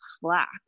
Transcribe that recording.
flack